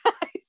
guys